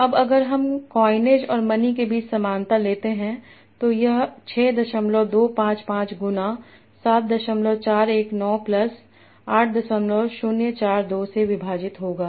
अब अगर हम क्वॉइनएज और मनी के बीच समानता लेते हैं तो यह 6255 गुना 7419 प्लस 8042 से विभाजित होगा